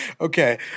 Okay